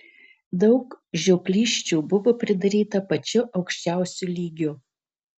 daug žioplysčių buvo pridaryta pačiu aukščiausiu lygiu